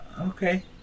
Okay